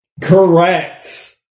Correct